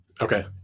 Okay